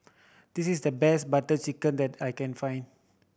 this is the best Butter Chicken that I can find